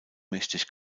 mächtig